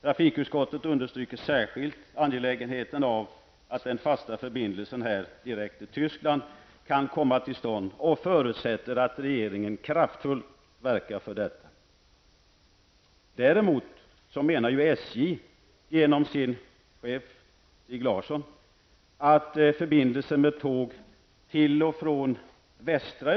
Trafikutskottet understryker särskilt angelägenheten av att den fasta förbindelsen här, direkt till Tyskland, kan komma till stånd och förutsätter att regeringen kraftfullt verkar för detta.